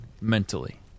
mentally